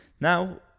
Now